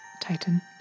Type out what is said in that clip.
Titan